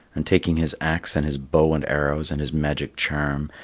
and taking his axe and his bow and arrows and his magic charm,